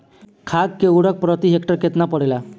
खाध व उर्वरक प्रति हेक्टेयर केतना पड़ेला?